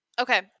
okay